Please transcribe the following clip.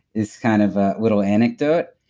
is kind of a little anecdote,